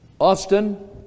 Austin